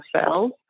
cells